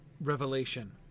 revelation